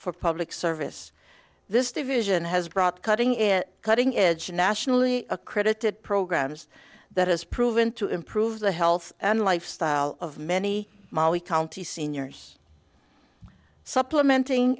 for public service this division has brought cutting it cutting edge nationally a credited programs that has proven to improve the health and lifestyle of many ma we county seniors supplementing